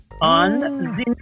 on